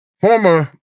former